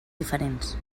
diferents